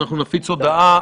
אנחנו נפיץ הודעה.